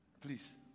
Please